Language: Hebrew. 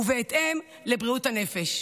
ובהתאם, לבריאות הנפש.